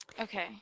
Okay